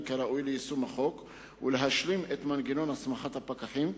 כראוי ליישום החוק ולהשלים את מנגנון הסמכת הפקחים,